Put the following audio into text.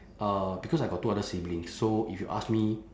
uh because I got two other siblings so if you ask me